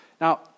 Now